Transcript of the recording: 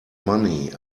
money